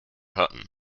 hutton